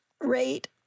rate